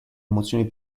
emozioni